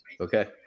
Okay